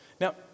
Now